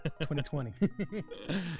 2020